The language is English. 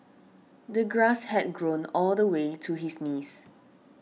the grass had grown all the way to his knees